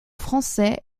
français